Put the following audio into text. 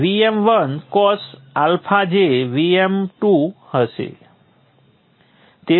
તેથી Vm1cosα જે Vm2 હશે